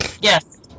yes